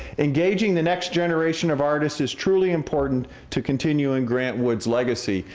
engaging the next generation of artists is truly important to continuing grant wood's legacy,